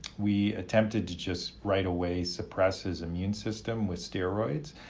we attempted to just right away suppress his immune system with steroids.